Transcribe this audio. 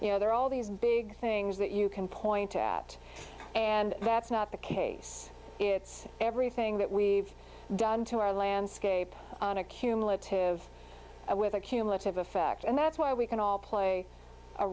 you know they're all these big things that you can point at and that's not the case it's everything that we've done to our landscape on a cumulative with a cumulative effect and that's why we can all play a